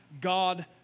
God